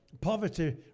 Poverty